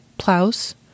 Plows